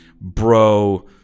bro